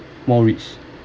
more rich